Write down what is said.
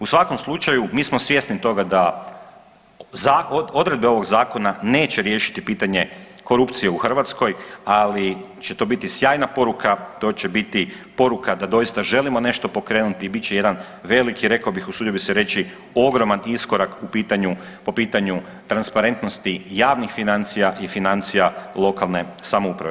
U svakom slučaju, mi smo svjesni toga da odredbe ovog zakona neće riješiti pitanje korupcije u Hrvatskoj, ali će to biti sjajna poruka, to će biti poruka da doista želimo nešto pokrenuti i bit će jedan veliki, usudio bi se reći, ogroman iskorak po pitanju transparentnosti javnih financija i financija lokalne samouprave.